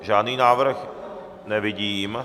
Žádný návrh nevidím.